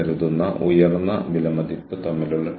കൂടാതെ ആളുകളുമായി ബന്ധം നിലനിർത്തുന്നത് വളരെ എളുപ്പമാണ്